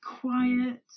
quiet